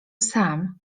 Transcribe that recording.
sam